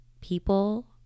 people